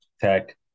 tech